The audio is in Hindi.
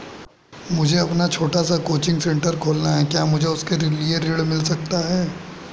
मुझे अपना छोटा सा कोचिंग सेंटर खोलना है क्या मुझे उसके लिए ऋण मिल सकता है?